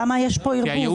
למה יש פה ערבוב?